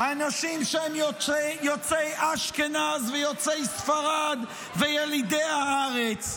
אנשים שהם יוצא אשכנז ויוצא לספרד וילידי הארץ,